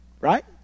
Right